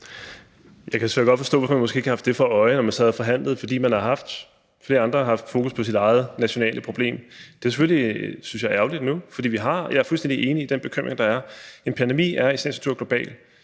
Jeg kan selvfølgelig godt forstå, hvis man ikke har haft det for øje, da man sad og forhandlede, fordi man og flere andre har haft fokus på deres eget nationale problem. Det synes jeg selvfølgelig er ærgerligt nu, for jeg er fuldstændig enig i den bekymring, der er. En pandemi er i sagens natur global.